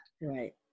Right